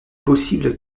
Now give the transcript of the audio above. possible